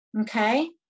Okay